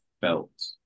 felt